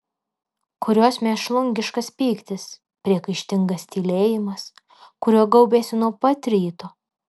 kur jos mėšlungiškas pyktis priekaištingas tylėjimas kuriuo gaubėsi nuo pat ryto